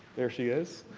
there she is.